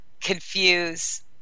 confuse